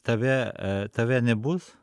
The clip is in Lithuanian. tave tave nebus